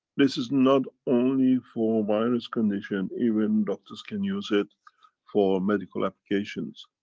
this is not only for virus condition. even doctors can use it for medical applications,